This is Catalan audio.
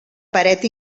paret